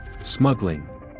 Smuggling